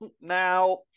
Now